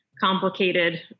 complicated